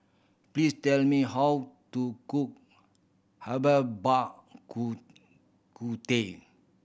please tell me how to cook herbal bak ku ku teh